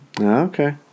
okay